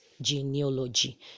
genealogy